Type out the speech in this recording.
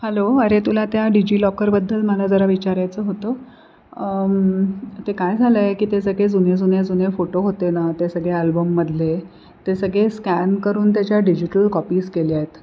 hello अरे तुला त्या डिजिलॉकरबद्दल मला जरा विचारायचं होतं ते काय झालं आहे की ते सगळे जुने जुन्या जुने फोटो होते ना ते सगळे ॲल्बममधले ते सगळे स्कॅन करून त्याच्या डिजिटल कॉपीज केल्या आहेत